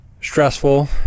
stressful